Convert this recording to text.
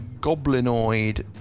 goblinoid